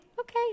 okay